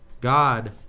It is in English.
God